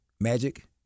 Magic